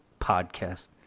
podcast